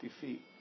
defeat